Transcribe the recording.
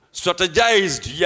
strategized